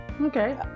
Okay